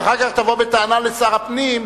כי אחר כך תבוא בטענה לשר הפנים,